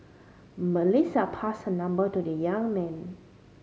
Melissa passed her number to the young man